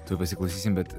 tuoj pasiklausysim bet